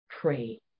pray